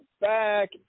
back